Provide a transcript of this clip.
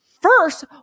First